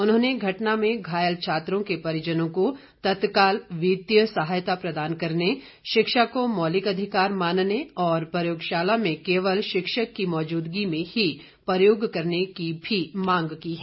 उन्होंने घटना में घायल छात्रों के परिजनों को तत्काल वित्तीय सहायता प्रदान करने शिक्षा को मौलिक अधिकार मानने और प्रयोगशाला में केवल शिक्षक की मौजूदगी में ही प्रयोग करने की भी मांग की है